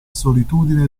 solitudine